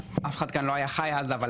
אף אחד כאן לא היה חי אז, אבל